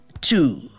two